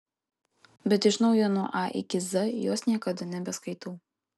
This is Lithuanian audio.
bet iš naujo nuo a iki z jos niekada nebeskaitau